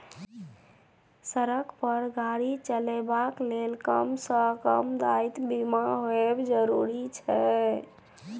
सड़क पर गाड़ी चलेबाक लेल कम सँ कम दायित्व बीमा होएब जरुरी छै